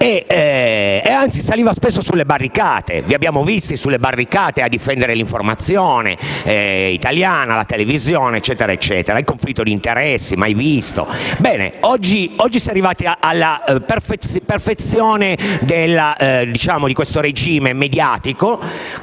Anzi, saliva spesso sulle barricate. Vi abbiamo visti sulle barricate a difendere l'informazione italiana contro un conflitto di interessi mai visto. Oggi si è arrivati alla perfezione di questo regime mediatico,